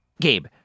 Gabe